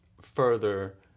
further